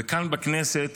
וכאן בכנסת,